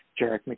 Jarek